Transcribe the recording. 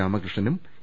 രാമകൃഷ്ണ നും എ